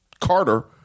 Carter